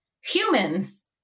humans